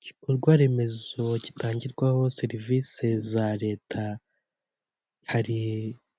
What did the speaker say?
Igikorwaremezo kitangirwaho serivisi za leta hari